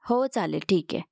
हो चालेल ठीक आहे